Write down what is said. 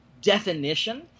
definition